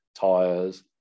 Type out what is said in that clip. tires